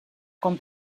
con